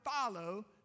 follow